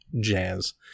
jazz